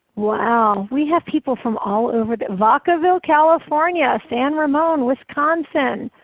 wow, we have people from all over, vacaville california, san ramon, wisconsin,